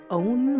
own